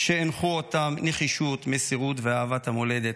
שהנחו אותם: נחישות, מסירות ואהבת המולדת.